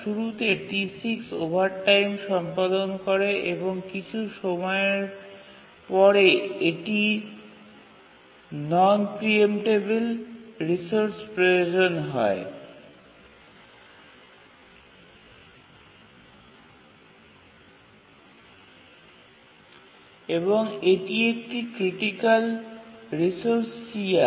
শুরুতে T6 overtime সম্পাদন করে এবং কিছু সময়ের পরে এটির নন প্রিএমটেবিল রিসোর্স প্রয়োজন হয় এবং এটি একটি ক্রিটিকাল রিসোর্স CR